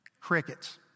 Crickets